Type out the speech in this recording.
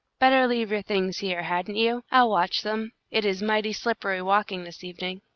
better leave your things here, hadn't you? i'll watch them. it is mighty slippery walking this evening.